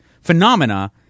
phenomena